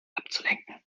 abzulenken